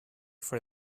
for